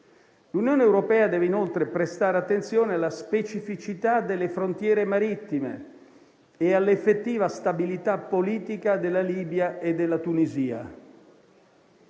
L'Unione europea deve inoltre prestare attenzione alla specificità delle frontiere marittime e all'effettiva stabilità politica della Libia e della Tunisia.